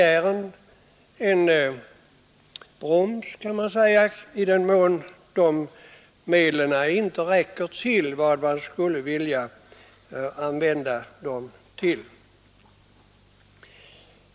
Man kan också säga att det är en broms i det arbetet, om de medel som man skulle vilja ha för det ändamålet inte räcker till.